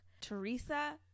Teresa